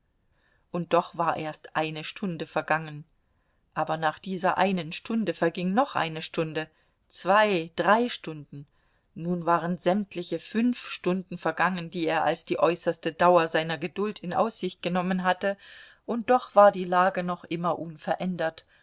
und doch war erst eine stunde vergangen aber nach dieser einen stunde verging noch eine stunde zwei drei stunden nun waren sämtliche fünf stunden vergangen die er als die äußerste dauer seiner geduld in aussicht genommen hatte und doch war die lage noch immer unverändert